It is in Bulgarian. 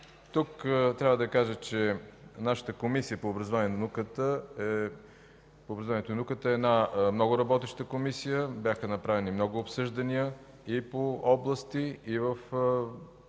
Тук трябва да кажа, че Комисията по образованието и науката е много работеща комисия. Бяха направени много обсъждания и по области, и в